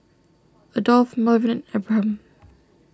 Adolph Melvyn Abraham